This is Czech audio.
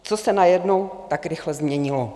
Co se najednou tak rychle změnilo?